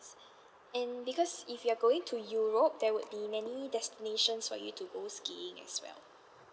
and because if you're going to europe there would be many destinations for you to go skiing as well